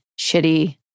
shitty